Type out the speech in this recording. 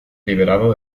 liberado